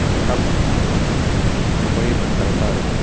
கரெக்டா பண்ணால் தான் நம்ம பயிர் ந கரெக்டாக இருக்கும்